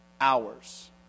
hours